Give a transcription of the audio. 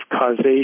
causation